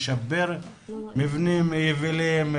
לשפר מבנים יבילים,